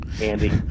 Andy